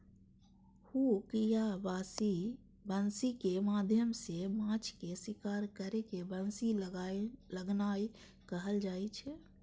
hook या बंसी के माध्यम सं माछ के शिकार करै के बंसी लगेनाय कहल जाइ छै